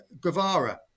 Guevara